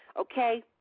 okay